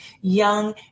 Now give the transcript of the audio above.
young